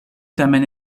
tamen